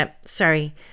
Sorry